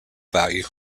value